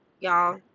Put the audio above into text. y'all